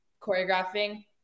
choreographing